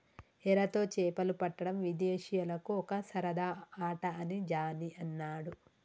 ఎరతో చేపలు పట్టడం విదేశీయులకు ఒక సరదా ఆట అని జానీ అన్నాడు